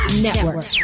Network